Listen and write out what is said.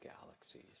galaxies